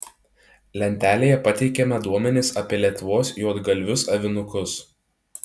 lentelėje pateikiame duomenis apie lietuvos juodgalvius avinukus